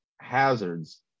hazards